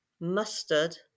mustard